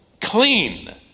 Clean